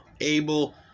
able